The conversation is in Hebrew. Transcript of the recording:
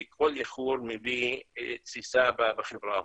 כי כל איחור מביא תסיסה בחברה המוסלמית.